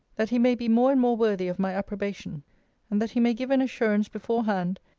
that he may be more and more worthy of my approbation and that he may give an assurance before hand,